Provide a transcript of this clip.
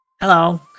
Hello